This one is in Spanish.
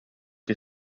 que